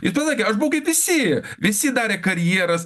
ir tada aš buvau kaip visi visi darė karjeras